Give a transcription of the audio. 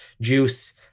juice